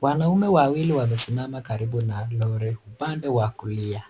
Wanaume wawili wamesimama karibu na lori upande wa kulia.